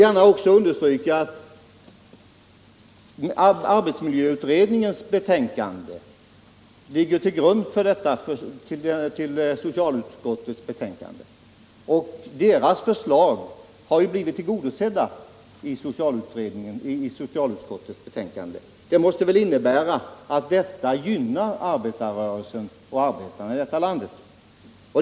Jag vill också gärna understryka att arbetsmiljöutredningens betänkande ligger till grund för socialutskottets betänkande och att utredningens förslag har blivit tillgodosedda i utskottets betänkande. Det måste väl innebära att detta gynnar arbetarrörelsen och arbetarna i vårt land.